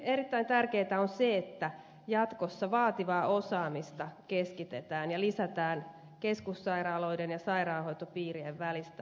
erittäin tärkeätä on myös se että jatkossa vaativaa osaamista keskitetään ja lisätään keskussairaaloiden ja sairaanhoitopiirien välistä työnjakoa